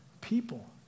people